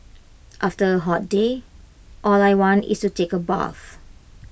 after A hot day all I want is to take A bath